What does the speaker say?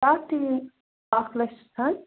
تَتھ تہِ اَکھ لَچھ تھن